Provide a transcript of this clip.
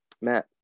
Matt